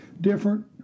different